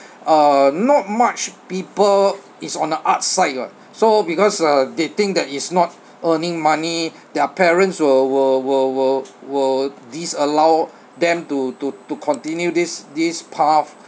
uh not much people is on the arts side [what] so because uh they think that it's not earning money their parents will will will will will disallow them to to to continue this this path